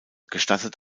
gestattet